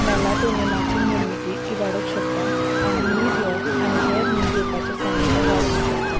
मेला टोनिनाची निर्मिती इवाडूंक शकता आनी न्ही येवप आनी हेर न्ही दिवपाचे समस्या वाडूंक शकता